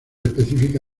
específica